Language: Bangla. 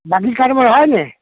বাকির কারবার হয় না